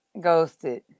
Ghosted